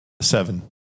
Seven